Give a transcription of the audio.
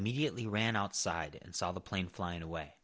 immediately ran outside and saw the plane flying away